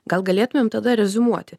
gal galėtumėm tada reziumuoti